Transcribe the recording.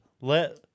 let